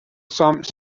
some